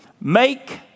make